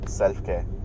self-care